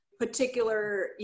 particular